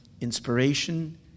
inspiration